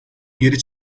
geri